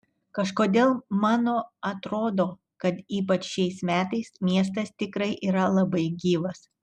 kažkodėl mano atrodo kad ypač šiais metais miestas tikrai yra labai gyvas